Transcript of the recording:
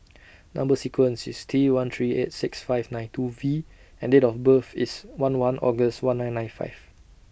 Number sequence IS T one three eight six five nine two V and Date of birth IS one one August one nine nine five